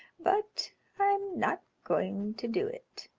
but i'm not going to do it.